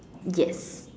yes